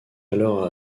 alors